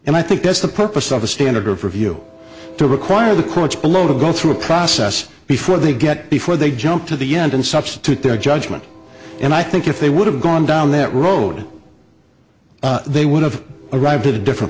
and i think that's the purpose of a standard of review to require the courts below to go through a process before they get before they jump to the end and substitute their judgment and i think if they would have gone down that road they would have arrived at a different